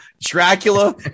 Dracula